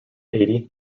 eighty